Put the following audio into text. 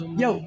yo